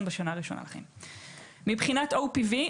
מבחינת OPV,